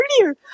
earlier